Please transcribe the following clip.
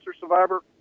survivor